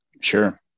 Sure